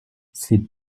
c’est